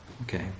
Okay